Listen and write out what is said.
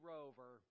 Rover